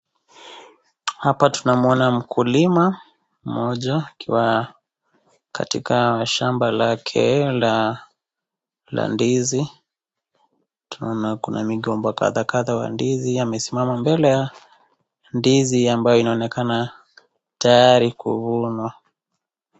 Hapa tunamuona mkulima, mmoja akiwa katika shamba lake la ndizi, tena kuna migomba kadhakadha wa ndizi amesimama mbele ya ndizi ambayo inaonekana tayari kuvunwa.